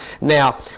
Now